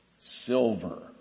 silver